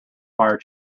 fire